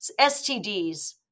STDs